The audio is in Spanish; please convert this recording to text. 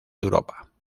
europa